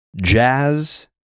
Jazz